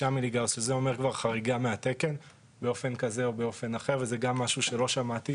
שזה אומר כבר חריגה מהתקן באופן כזה או אחר וזה גם משהו שלא שמעתי.